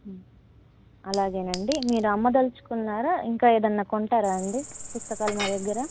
అలాగేనండి మీరు అమ్మదలుచుకున్నారా ఇంకా ఏదైనా కొంటారా అండి పుస్తకాాలు మా దగ్గర